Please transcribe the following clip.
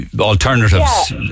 alternatives